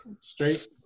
straight